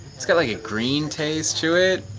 it's got like a green taste to it